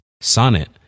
Sonnet